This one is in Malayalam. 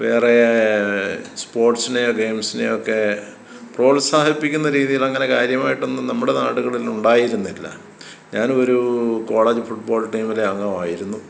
വേറെ സ്പോർട്സിനേയോ ഗെയിംസിനേയോ ഒക്കെ പ്രോത്സാഹിപ്പിക്കുന്ന രീതിയിലങ്ങനെ കാര്യമായിട്ടൊന്നും നമ്മുടെ നാടുകളിലുണ്ടായിരുന്നില്ല ഞാനൊരു കോളേജ് ഫുട് ബോൾ ടീമിലെ അംഗമായിരുന്നു